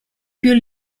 più